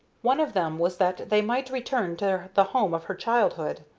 one of them was that they might return to the home of her childhood.